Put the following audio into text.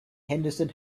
henderson